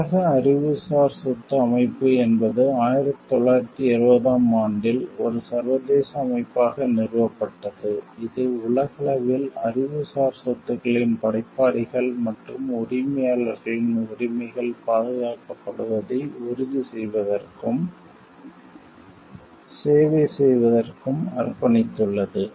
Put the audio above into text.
உலக அறிவுசார் சொத்து அமைப்பு என்பது 1970 ஆம் ஆண்டில் ஒரு சர்வதேச அமைப்பாக நிறுவப்பட்டது இது உலகளவில் அறிவுசார் சொத்துக்களின் படைப்பாளிகள் மற்றும் உரிமையாளர்களின் உரிமைகள் பாதுகாக்கப்படுவதை உறுதி செய்வதற்கும் சேவை செய்வதற்கும் அர்ப்பணித்துள்ளது